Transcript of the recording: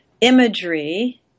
imagery –